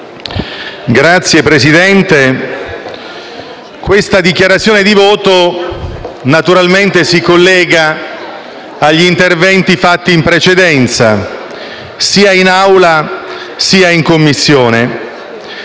Signor Presidente, questa dichiarazione di voto naturalmente si collega agli interventi svolti in precedenza, sia in Aula, sia in Commissione,